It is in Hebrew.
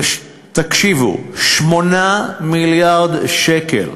תקשיבו של 8 מיליארד שקל.